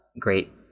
great